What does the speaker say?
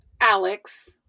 Alex